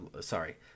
sorry